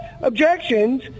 objections